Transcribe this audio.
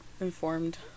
Informed